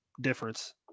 difference